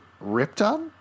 Ripton